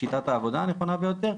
שיטת העבודה הנכונה ביותר,